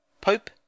pope